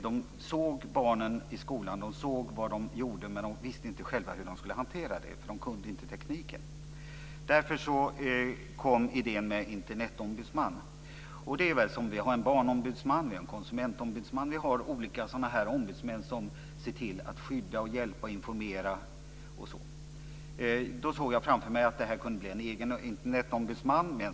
De såg vad barnen gör i skolan men visste inte hur de själva skulle hantera det. De kunde inte tekniken. Därför kom idén om en Internetombudsman. Vi har en barnombudsman, en konsumentombudsman och andra ombudsmän som skyddar, hjälper, informerar osv. Jag såg framför mig en särskild Internetombudsman.